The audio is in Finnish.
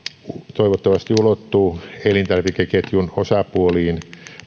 toivottavasti ulottuu elintarvikeketjun osapuoliin